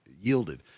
yielded